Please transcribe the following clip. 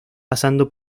pasando